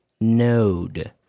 node